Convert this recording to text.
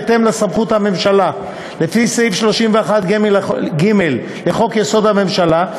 בהתאם לסמכות הממשלה לפי סעיף 31(ג) לחוק-יסוד: הממשלה,